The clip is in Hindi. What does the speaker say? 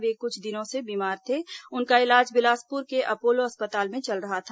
वे कुछ दिनों से बीमार थे और उनका इलाज बिलासपुर के अपोलो अस्पताल में चल रहा था